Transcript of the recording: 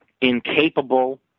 incapable